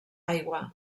aigua